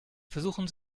versuchen